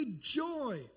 joy